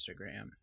Instagram